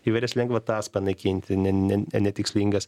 įvairias lengvatas panaikinti ne ne ne netikslingas